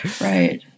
Right